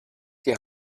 die